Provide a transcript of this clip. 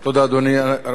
סיימת, אדוני?